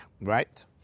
right